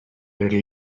little